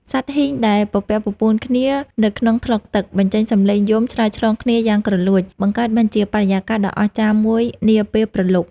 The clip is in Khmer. សត្វហ៊ីងដែលពពាក់ពពូនគ្នានៅក្នុងថ្លុកទឹក បញ្ចេញសំនៀងយំឆ្លើយឆ្លងគ្នាយ៉ាងគ្រលួច បង្កើតបានជាបរិយាកាសដ៏អស្ចារ្យមួយនាពេលព្រលប់។